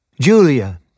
Julia